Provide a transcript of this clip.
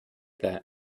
that